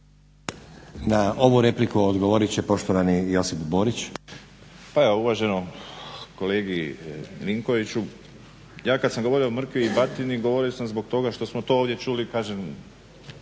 Na ovu repliku odgovorit će poštovani Josip Borić. **Borić, Josip (HDZ)** Pa evo uvaženom kolegi Milinkoviću, ja kad sam govorio o mrkvi i batini govorio sam zbog toga što smo to ovdje čuli, kažem